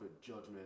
judgment